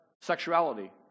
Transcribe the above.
sexuality